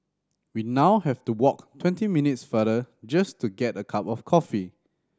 we now have to walk twenty minutes farther just to get a cup of coffee